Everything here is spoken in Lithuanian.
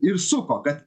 ir suko kad